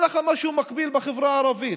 אין לך משהו מקביל בחברה הערבית,